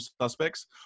suspects